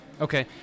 Okay